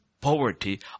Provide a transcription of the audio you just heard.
poverty